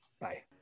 Bye